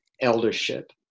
eldership